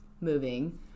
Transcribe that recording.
moving